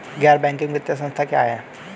गैर बैंकिंग वित्तीय संस्था क्या है?